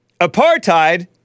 Apartheid